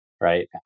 right